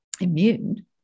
immune